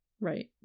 Right